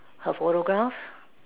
her photograph